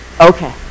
Okay